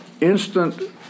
instant